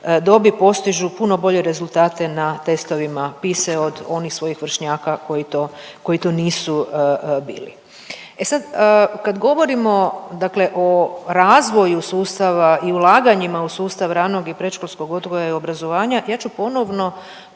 dobi postižu puno bolje rezultate na testovima PISA-e od onih svojih vršnjaka koji to, koji to nisu bili. E sad kad govorimo dakle o razvoju sustava i ulaganjima u sustav ranog i predškolskog odgoja i obrazovanja ja ću ponovno